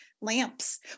lamps